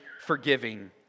forgiving